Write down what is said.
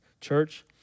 Church